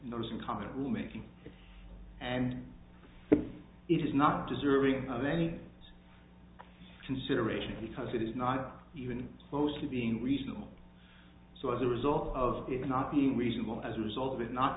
uncomfortable making it and it is not deserving of any consideration because it is not even close to being reasonable so as a result of it not being reasonable as a result of it not